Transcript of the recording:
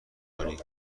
کنی